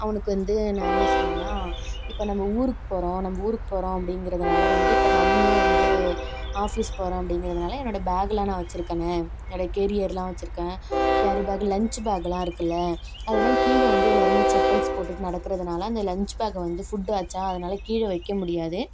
அவனுக்கு வந்து நான் என்ன சொன்னேனா இப்போ நம்ம ஊருக்கு போகிறோம் நம்ம ஊருக்கு போகிறோம் அப்படிங்கிறதுனால வந்து இப்போ மம்மி வந்து ஆபீஸ் போகிறேன் அப்படிங்கிறதுனால என்னோட பேக்லாம் நான் வச்சிருக்கன்ன என்னோட கேரியர்லாம் வச்சிருக்கன்ன கேரி பேக் லஞ்ச் பேக்லாம் இருக்குல அதெல்லாம் கீழே வந்து எல்லோருமே செப்பல்ஸ் போட்டுகிட்டு நடக்கிறதினால அந்த லஞ்ச் பேக்கை வந்து ஃபுட் ஆச்சா அதனால் கீழே வைக்க முடியாது